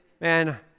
man